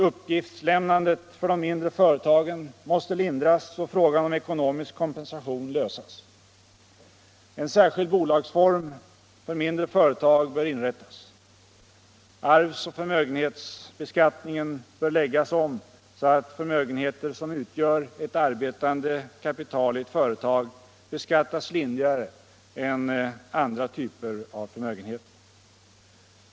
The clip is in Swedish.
Uppgiftslämnandet för de mindre företagen måste lindras och frågan om ekonomisk kompensation lösas. En särskild bolagsform för mindre företag bör inrättas. Arvsoch förmögenhetsbeskattningen bör läggas om, så att förmögenheter som utgör ett arbetande kapital i ett företag beskattas lindrigare än andra typer av förmögenheter.